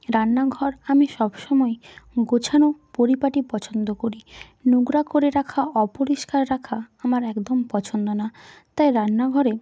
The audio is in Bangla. রান্নাঘর আমি সবসময় গোছানো পরিপাটি পছন্দ করি নোংরা করে রাখা অপরিষ্কার রাখা আমার একদম পছন্দ না তাই রান্নাঘরে